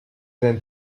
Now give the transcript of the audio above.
than